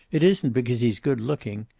it isn't because he's good looking.